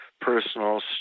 personal